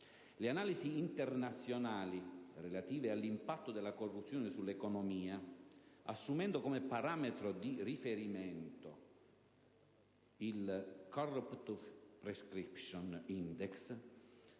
Le analisi internazionali relative all'impatto della corruzione sull'economia, assumendo come parametro di riferimento il *Corruption Perception Index*,